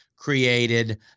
created